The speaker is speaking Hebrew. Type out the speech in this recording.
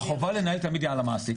החובה לנהל היא תמיד על המעסיק.